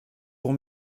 pour